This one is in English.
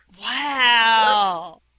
Wow